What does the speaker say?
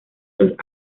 los